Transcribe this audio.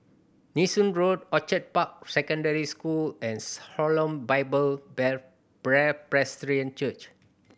Nee Soon Road Orchid Park Secondary School and Shalom Bible Presbyterian Church